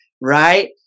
right